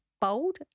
bold